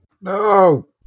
No